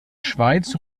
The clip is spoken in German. schweiz